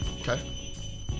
Okay